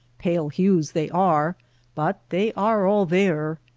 pale hues they are but they are all there.